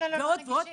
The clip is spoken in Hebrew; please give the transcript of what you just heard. אבל כל אלה לא נגישים.